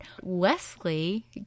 Wesley